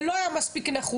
זה לא היה מספיק נחוש.